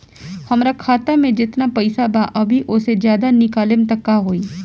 हमरा खाता मे जेतना पईसा बा अभीओसे ज्यादा निकालेम त का होई?